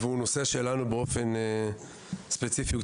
באופן ספציפי,